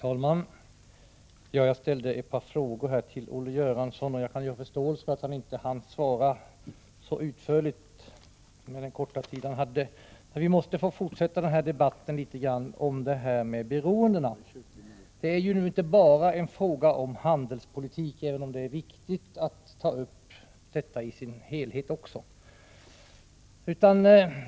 Herr talman! Jag ställde ett par frågor till Olle Göransson, och jag kan ha förståelse för att han inte hann svara så utförligt under den korta tid han Vi måste få fortsätta debatten om beroende. Det är inte bara en fråga om handelspolitik — även om det är viktigt att ta upp också detta.